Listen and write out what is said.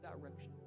direction